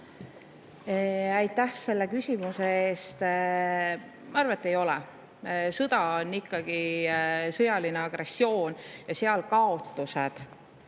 Aitäh selle küsimuse eest! Ma arvan, et ei ole. Sõda on ikkagi sõjaline agressioon ja seal on kaotused